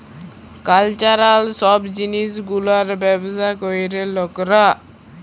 cultural সব জিলিস গুলার ব্যবসা ক্যরে লকরা